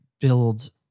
build